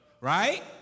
Right